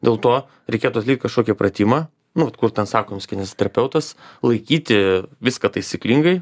dėl to reikėtų atlikt kažkokį pratimą nu vat kur ten sako jums kineziterapeutas laikyti viską taisyklingai